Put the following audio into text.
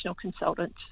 consultant